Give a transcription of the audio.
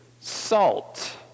salt